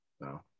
no